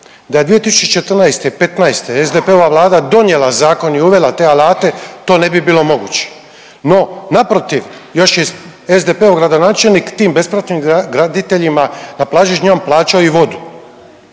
Da je 2014.-'15. SDP-ova Vlada donijela zakon i uvela te alate to ne bi bilo moguće, no naprotiv još je SDP-ov gradonačelnik tim bespravnim graditeljima na plaži Žnjan plaćao i vodu.